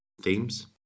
themes